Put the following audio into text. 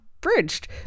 bridged